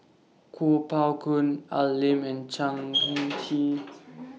Kuo Pao Kun Al Lim and Chan Heng Chee